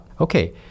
Okay